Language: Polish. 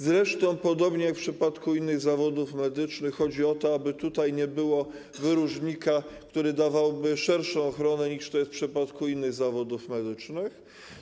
Zresztą podobnie jak w przypadku innych zawodów medycznych chodzi o to, aby nie było wyróżnika, który dawałby szerszą ochronę, niż to jest w przypadku innych zawodów medycznych.